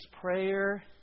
prayer